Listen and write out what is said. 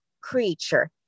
creature